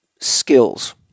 skills